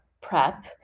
prep